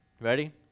Ready